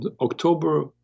October